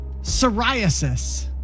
Psoriasis